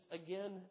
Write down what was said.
again